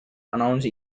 announced